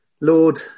Lord